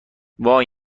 وای